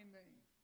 name